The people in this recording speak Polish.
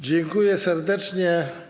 Dziękuję serdecznie.